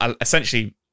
essentially